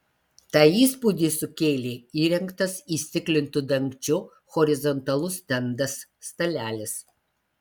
tą įspūdį sukėlė įrengtas įstiklintu dangčiu horizontalus stendas stalelis